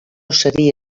seria